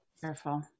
Careful